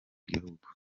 gihugu